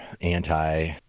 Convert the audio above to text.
anti